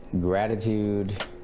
gratitude